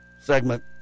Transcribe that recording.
segment